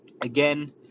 again